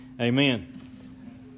Amen